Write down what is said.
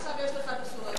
עכשיו יש לך שיעורי-בית.